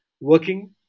working